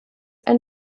ein